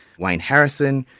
wayne harrison,